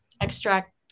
extract